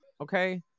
okay